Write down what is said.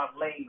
lane